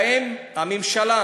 האם הממשלה